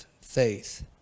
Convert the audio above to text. faith